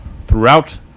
throughout